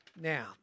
Now